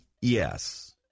yes